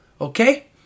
Okay